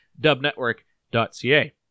dubnetwork.ca